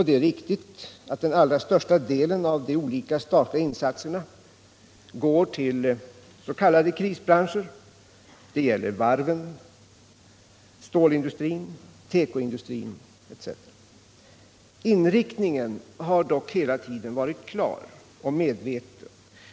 Det är riktigt att den allra största delen av de olika statliga insatserna går till s.k. krisbranscher. Det gäller varven, stålindustrin, tekoindustrin etc. Inriktningen har dock hela tiden varit klar och medveten.